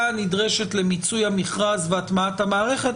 הנדרשת למיצוי המכרז והטמעת המערכת,